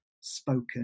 spoken